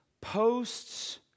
posts